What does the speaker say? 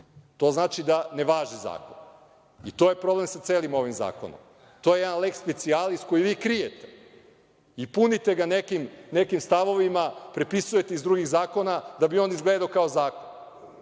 To znači da ne važi zakon. I to je problem sa celim ovim zakonom. To je jedan lex specialis koji vi krijete i punite ga nekim stavovima, prepisujete iz drugih zakona, da bi on izgledao kao zakon.